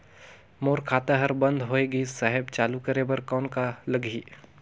मोर खाता हर बंद होय गिस साहेब चालू करे बार कौन का लगही?